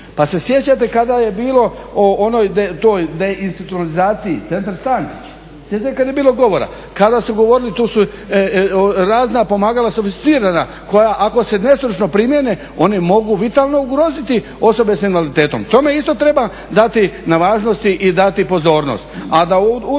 Pa se sjećate kada je bilo o toj deinstitucionalizaciji Centar Stančić, sjećate se kada je bilo govora. Kada su govorili, tu su razna pomagala, sofisticirana koja ako se nestručno primjene oni mogu vitalno ugroziti osobe sa invaliditetom. Tome isto treba dati na važnosti i dati pozornost